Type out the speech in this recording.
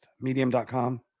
Medium.com